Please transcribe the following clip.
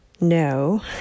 no